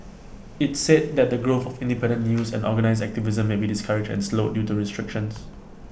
IT said that the growth of independent news and organised activism may be discouraged and slowed due to restrictions